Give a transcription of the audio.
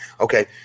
Okay